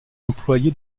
employé